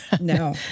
No